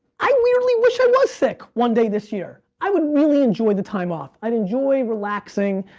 i weirdly wish i was sick one day this year. i would really enjoy the time off. i'd enjoy relaxing,